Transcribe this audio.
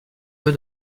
peu